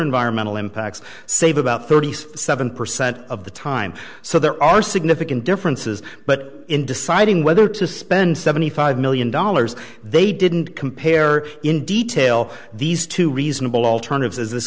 environmental impacts save about thirty six seven percent of the time so there are significant differences but in deciding whether to spend seventy five million dollars they didn't compare in detail these two reasonable alternatives as this